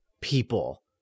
people